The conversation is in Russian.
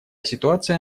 ситуация